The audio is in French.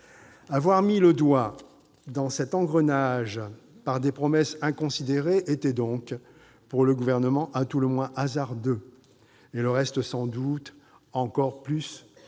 Avoir mis le doigt dans cet engrenage par des promesses inconsidérées était donc, pour le Gouvernement, à tout le moins hasardeux et le restera, sans doute, encore plus dans